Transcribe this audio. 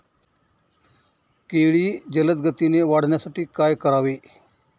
केळी जलदगतीने वाढण्यासाठी काय करावे?